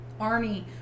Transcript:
Arnie